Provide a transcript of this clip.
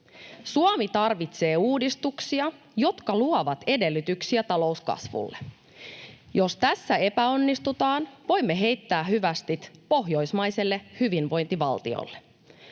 Suomi tarvitsee uudistuksia, jotka luovat edellytyksiä talouskasvulle. Jos tässä epäonnistutaan, voimme heittää hyvästit pohjoismaiselle hyvinvointivaltiolle.